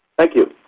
thank you.